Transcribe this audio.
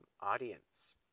audience